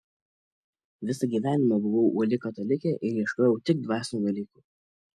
visą gyvenimą buvau uoli katalikė ir ieškojau tik dvasinių dalykų